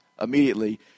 immediately